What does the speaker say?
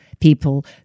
people